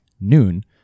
noon